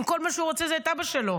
אם כל מה שהוא רוצה זה את אבא שלו?